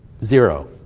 zero,